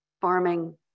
farming